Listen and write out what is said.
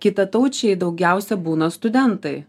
kitataučiai daugiausia būna studentai